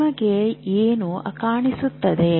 ನಿಮಗೆ ಏನು ಕಾಣಿಸುತ್ತಿದೆ